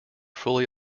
fully